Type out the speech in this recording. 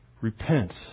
Repent